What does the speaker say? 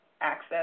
access